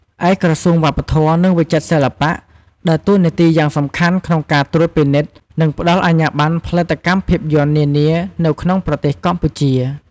ឯក្រសួងវប្បធម៌ និងវិចិត្រសិល្បៈ ដើរតួនាទីយ៉ាងសំខាន់ក្នុងការត្រួតពិនិត្យ និងផ្តល់អាជ្ញាបណ្ណផលិតកម្មភាពយន្តនានានៅក្នុងប្រទេសកម្ពុជា។